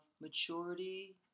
maturity